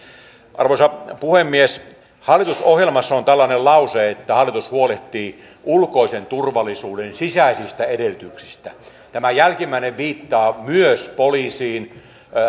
arvoisa puhemies hallitusohjelmassa on tällainen lause että hallitus huolehtii ulkoisen turvallisuuden sisäisistä edellytyksistä tämä jälkimmäinen viittaa myös poliisiin